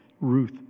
Ruth